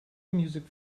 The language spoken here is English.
music